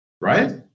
right